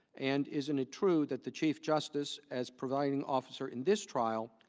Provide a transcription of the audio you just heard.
and isn't it true that the chief justice, as presiding officer in this trial,